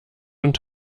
und